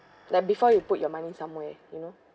like before you put your money somewhere you know